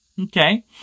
Okay